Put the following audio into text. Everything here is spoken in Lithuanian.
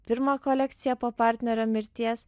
pirmą kolekciją po partnerio mirties